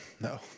No